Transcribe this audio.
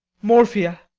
morphia.